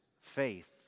faith